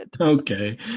Okay